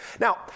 Now